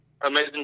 Amazing